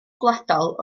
gwladol